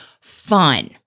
fun